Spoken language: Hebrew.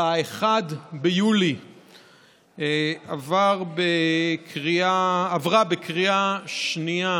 ב-1 ביולי עברה בקריאה שנייה